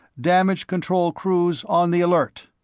damage control crews on the alert.